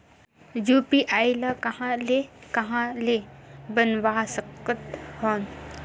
UPI ल कहां ले कहां ले बनवा सकत हन?